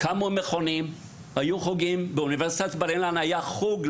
קמו מכונים; באוניברסיטת בר אילן היה חוג,